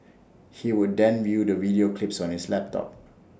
he would then view the video clips on his laptop